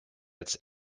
als